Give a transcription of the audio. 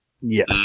Yes